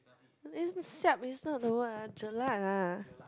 siap is not the word ah Jelat ah